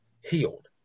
healed